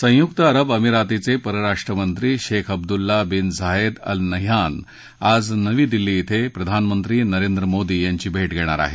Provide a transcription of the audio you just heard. संयुक्त अरब अमिरातीचे परराष्ट्र मंत्री Sheikh Abdullah bin Zayed Al Nahyan आज नवी दिल्ली क्विं प्रधानमंत्री नरेंद्र मोदी यांची भेट घेणार आहेत